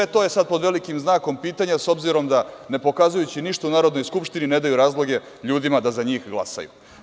Sve je to sad pod velikim znakom pitanja s obzirom da ne pokazujući ništa u Narodnoj skupštini, ne daju razloge ljudima da za njih glasaju.